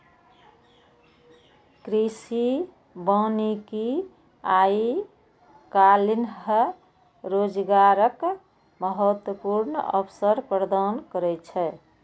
कृषि वानिकी आइ काल्हि रोजगारक महत्वपूर्ण अवसर प्रदान करै छै